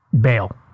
bail